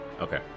Okay